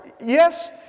yes